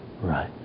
Right